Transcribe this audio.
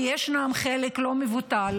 כי ישנו חלק לא מבוטל